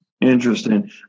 Interesting